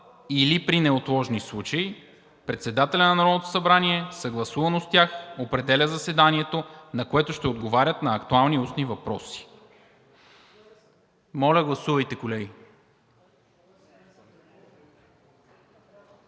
или при неотложни случаи председателят на Народното събрание съгласувано с тях определя заседанието, на което ще отговарят на актуални устни въпроси.“ Моля, гласувайте, колеги.